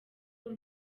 w’u